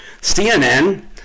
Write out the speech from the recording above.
CNN